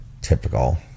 Typical